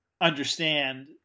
understand